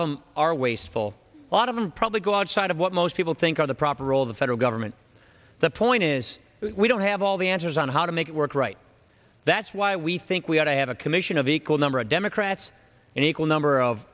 of them are wasteful a lot of them probably go outside of what most people think are the proper role of the federal government the point is we don't have all the answers on how to make it work right that's why we think we ought to have a commission of equal number of democrats an equal number of